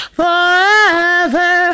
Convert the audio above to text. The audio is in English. forever